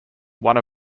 one